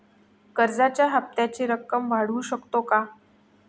कर्जाच्या हप्त्याची रक्कम वाढवू शकतो का?